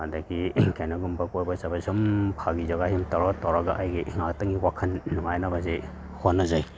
ꯑꯗꯒꯤ ꯀꯩꯅꯣꯒꯨꯝꯕ ꯀꯣꯏꯕ ꯆꯠꯄ ꯁꯨꯝ ꯐꯥꯒꯤ ꯖꯣꯒꯥꯏ ꯁꯨꯝ ꯇꯧꯔ ꯇꯧꯔꯒ ꯑꯩꯒꯤ ꯉꯥꯛꯇꯪꯒꯤ ꯋꯥꯈꯟ ꯅꯨꯡꯉꯥꯏꯅꯕꯁꯤ ꯍꯣꯠꯅꯖꯩ